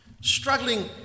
Struggling